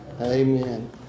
Amen